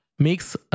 makes